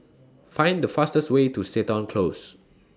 Find The fastest Way to Seton Close